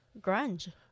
grunge